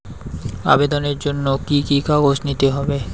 আবেদনের জন্য কি কি কাগজ নিতে হবে?